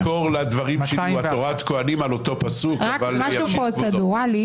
המקור לדברים הוא בתורת כוהנים על אותו הפסוק אבל ימשיך כבודו.